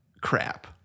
crap